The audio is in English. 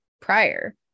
prior